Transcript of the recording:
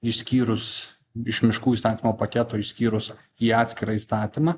išskyrus iš miškų įstatymo paketo išskyrus į atskirą įstatymą